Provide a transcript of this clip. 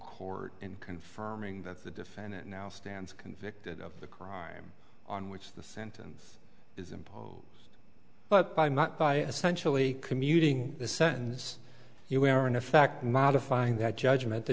court in confirming that the defendant now stands convicted of the crime on which the sentence is imposed but i'm not by essentially commuting the sentence you were in effect modifying that judgment the